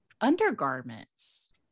undergarments